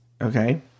Okay